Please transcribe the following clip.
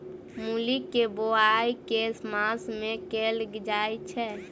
मूली केँ बोआई केँ मास मे कैल जाएँ छैय?